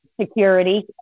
security